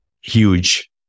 huge